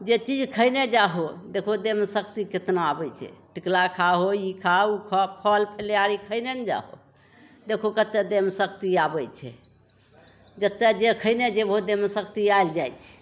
जे चीज खयने जाहो देखहो देहमे शक्ति केतना आबय छै टिकुला खाहो ई खाओ उ खाओ फल फलिहारी खयने नहि जाहो देखहो कते देहमे शक्ति आबय छै जते जे खयने जेबहो देहमे शक्ति आइल जाइ छै